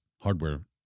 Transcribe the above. hardware